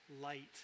light